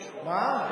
מה?